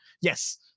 yes